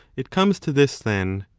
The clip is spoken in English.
it comes to this, then,